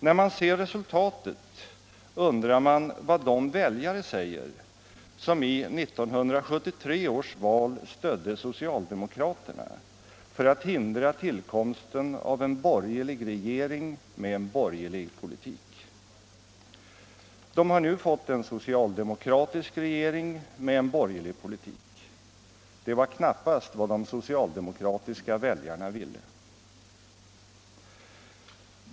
När man ser resultatet undrar man vad de väljare säger, som i 1973 års val stödde socialdemokraterna för att hindra tillkomsten av en borgerlig regering med en borgerlig politik. De har nu fått en socialdemokratisk regering med en borgerlig politik. Det var knappast vad de socialdemokratiska väljarna ville.